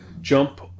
Jump